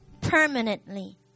Permanently